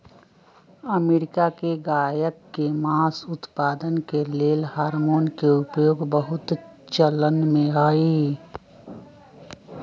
America में गायके मास उत्पादन के लेल हार्मोन के उपयोग बहुत चलनमें हइ